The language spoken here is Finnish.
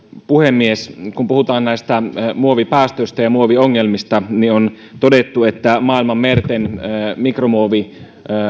puhemies kun puhutaan näistä muovipäästöistä ja muoviongelmista niin on todettu että maailman merten mikromuoviroska